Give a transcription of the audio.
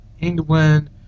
England